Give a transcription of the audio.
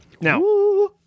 Now